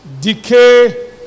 decay